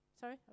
sorry